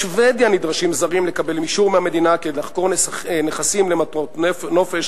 בשבדיה נדרשים זרים לקבל אישור מהמדינה כדי לחכור נכסים למטרות נופש,